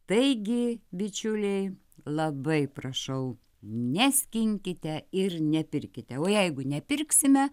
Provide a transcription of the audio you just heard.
taigi bičiuliai labai prašau neskinkite ir nepirkite o jeigu nepirksime